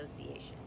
Association